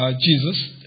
Jesus